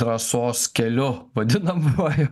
drąsos keliu vadinamuoju